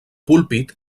púlpit